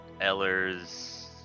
Ellers